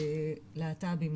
להט"בים,